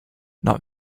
not